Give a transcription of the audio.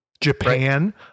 Japan